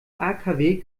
akw